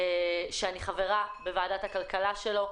ואני חברה בוועדת הכלכלה שלו.